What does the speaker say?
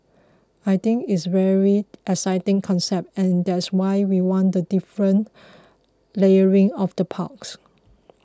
I think it's very exciting concept and that's why we want the different layering of the parks